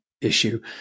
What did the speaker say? issue